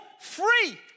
free